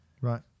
Right